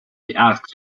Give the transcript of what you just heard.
asked